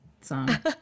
song